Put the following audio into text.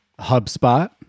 HubSpot